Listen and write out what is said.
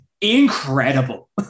incredible